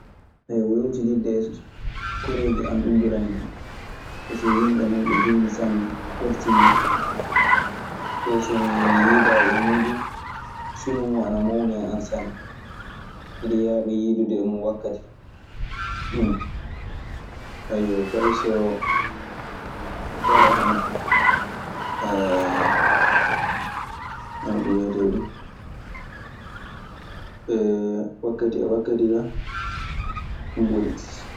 woowtididde koreeji an, ɗun ɓuranikan, pasee yimɓe non ɓe njiɗmi sanne, korsinmi. Me, so mi yiidaayi e muuɗun, sunu mun ana mawni e an sanne. Miɗe yeeɓa yiidude e mun wakkati fu. Ayyoo, fay so tawaama, hono ɗun wiyetee du wakkati wakkati ka, ɗun ɓuri.